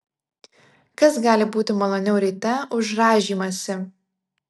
kas gali būti maloniau ryte už rąžymąsi